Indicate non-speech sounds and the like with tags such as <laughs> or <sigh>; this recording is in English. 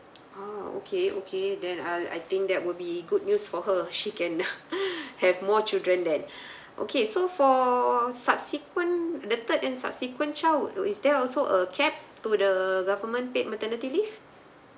ah okay okay then I I think that will be good news for her she can <laughs> have more children then okay so for subsequent the third and subsequent child is there also a cap to the government paid maternity leave